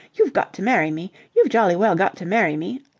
you've got to marry me. you've jolly well got to marry me!